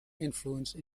influence